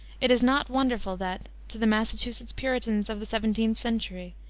it is not wonderful that, to the massachusetts puritans of the seventeenth century,